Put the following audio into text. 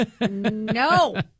No